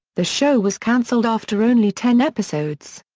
the show was canceled after only ten episodes.